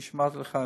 כפי שאמרתי לך,